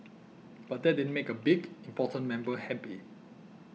but that didn't make a big important member happy